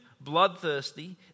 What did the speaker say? bloodthirsty